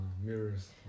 mirrors